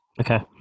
Okay